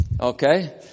Okay